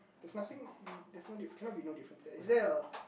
there's nothing we there's no diff~ cannot be no difference is there a